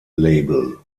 label